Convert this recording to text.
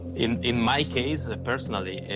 in, in my case, personally,